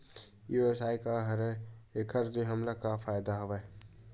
ई व्यवसाय का हरय एखर से हमला का फ़ायदा हवय?